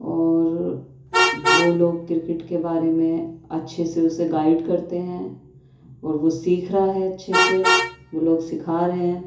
اور وہ لوگ کرکٹ کے بارے میں اچھے سے اسے گائڈ کرتے ہیں اور وہ سیکھ رہا ہے اچھے سے وہ لوگ سکھا رہے ہیں